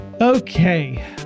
Okay